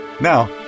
Now